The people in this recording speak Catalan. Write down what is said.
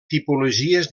tipologies